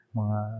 mga